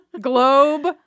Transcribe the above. Globe